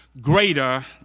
greater